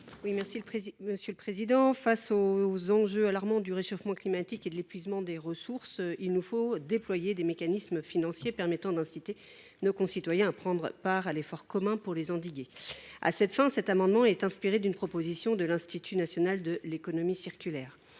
Senée. Pour faire face aux enjeux alarmants du réchauffement climatique et de l’épuisement des ressources, il nous faut déployer des mécanismes financiers permettant d’inciter nos concitoyens à prendre part à l’effort commun pour les endiguer. Tel est l’objet de cet amendement, inspiré d’une proposition de l’Institut national de l’économie circulaire